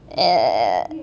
eh